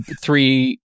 three